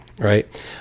Right